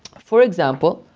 for example,